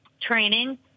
training